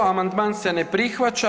Amandman se ne prihvaća.